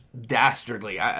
dastardly